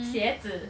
鞋子